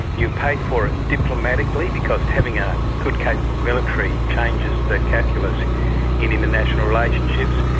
you pay for it diplomatically because having a good capable military changes the calculus in international relationships.